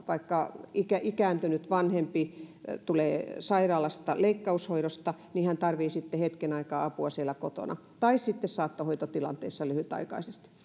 vaikka ikääntynyt vanhempi tulee sairaalasta leikkaushoidosta ja hän tarvitsee sitten hetken aikaa apua kotona tai sitten saattohoitotilanteessa lyhytaikaisesti